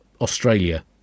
australia